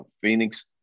Phoenix